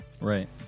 right